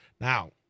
Now